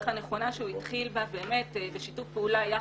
הנכונה שהוא התחיל בה בשיתוף פעולה אתנו,